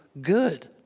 good